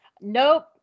nope